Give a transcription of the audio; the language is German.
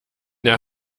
der